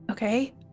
Okay